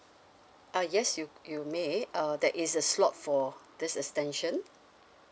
uh yes you you may uh there is a slot for this extension